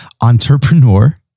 entrepreneur